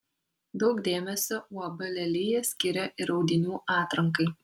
daug dėmesio uab lelija skiria ir audinių atrankai